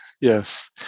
Yes